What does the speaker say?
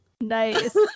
Nice